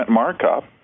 markup